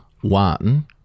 One